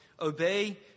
obey